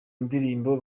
ndirimbo